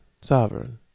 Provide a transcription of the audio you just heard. Sovereign